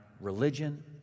religion